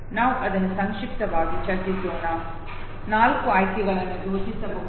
ನಾವು ಅದನ್ನು ಸಂಕ್ಷಿಪ್ತವಾಗಿ ಚರ್ಚಿಸೋಣ ನಾಲ್ಕು ಆಯ್ಕೆಗಳನ್ನು ಯೋಚಿಸಬಹುದು